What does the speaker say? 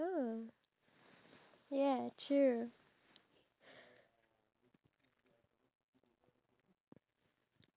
so that I don't have so that I don't have a huge commitment to them or a huge responsibility towards them